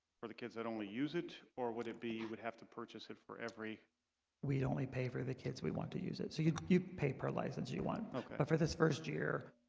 for the kids that only use it or would it be you would have to purchase it for every we'd only pay for the kids we want to use it. so you pay per license you you want okay, but for this first year,